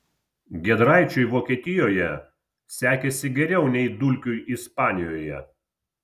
giedraičiui vokietijoje sekėsi geriau nei dulkiui ispanijoje